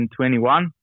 2021